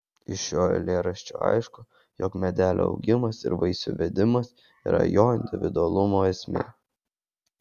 iš šio eilėraščio aišku jog medelio augimas ir vaisių vedimas yra jo individualumo esmė